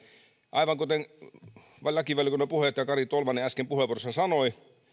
aivan kuten lakivaliokunnan puheenjohtaja kari tolvanen äsken puheenvuorossaan sanoi